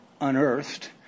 unearthed